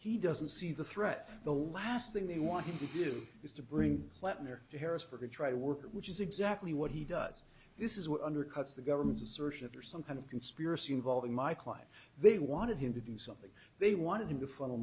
he doesn't see the threat the last thing they want him to do is to bring plant near harrisburg to try to work out which is exactly what he does this is what undercuts the government's assertion of her some kind of conspiracy involving my client they wanted him to do something they wanted him to funnel